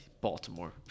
Baltimore